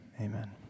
amen